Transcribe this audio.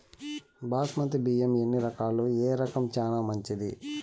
బాస్మతి బియ్యం ఎన్ని రకాలు, ఏ రకం చానా మంచిది?